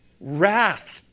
wrath